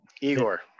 Igor